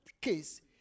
case